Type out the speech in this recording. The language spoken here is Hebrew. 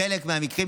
בחלק מהמקרים,